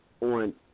on